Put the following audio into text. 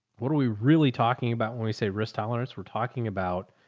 what are we really talking about? when we say risk tolerance? we're talking about.